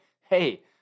hey